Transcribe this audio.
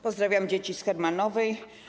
Pozdrawiam dzieci z Hermanowej.